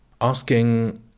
Asking